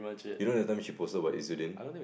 you know that time she posted about